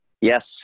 Yes